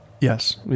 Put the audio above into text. Yes